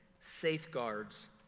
safeguards